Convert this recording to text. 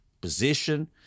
position